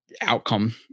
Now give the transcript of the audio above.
outcome